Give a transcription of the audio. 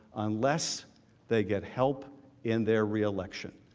unless they get help in their reelection.